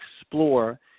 explore